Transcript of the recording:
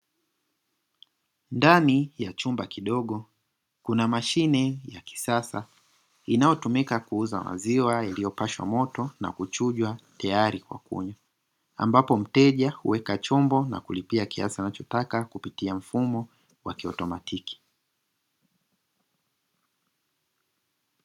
Ndani ya chumba kidogo kuna mashine ya kisasa inayotumika kuuza maziwa yaliyopashwa moto na kuchujwa tayari kwa kunywa ambapo mteja huweka chombo na kulipia kiasi anachotaka kupitia mfumo wa kiautomatiki.